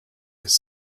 his